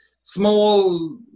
small